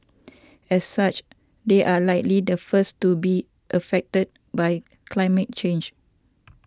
as such they are likely the first to be affected by climate change